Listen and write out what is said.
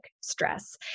stress